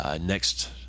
Next